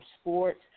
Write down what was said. sports